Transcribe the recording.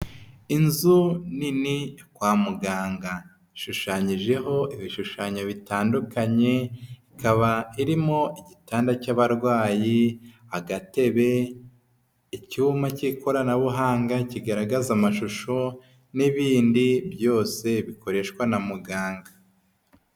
Inzu nini kwa muganga ishushanyijeho ibishushanyo bitandukanye, ikaba irimo: igitanda cy'abarwayi, agatebe, icyuma cy'ikoranabuhanga kigaragaza amashusho n'ibindi byose bikoreshwa na muganga.